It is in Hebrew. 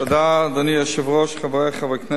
אדוני היושב-ראש, תודה, חברי חברי הכנסת,